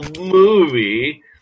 movie